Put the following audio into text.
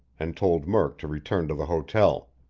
and told murk to return to the hotel.